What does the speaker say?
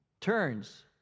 turns